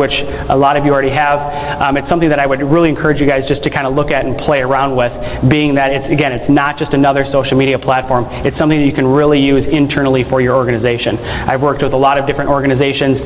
which a lot of you already have something that i would really encourage you guys just to kind of look at and play around with being that it's again it's not just another social media platform it's something you can really use internally for your organization i've worked with a lot of different organizations